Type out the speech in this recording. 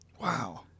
Wow